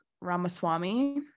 ramaswamy